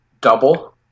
Double